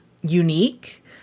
unique